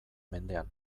mendean